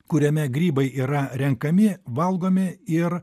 kuriame grybai yra renkami valgomi ir